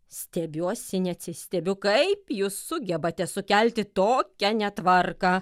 stebiuosi neatsistebiu kaip jūs sugebate sukelti tokią netvarką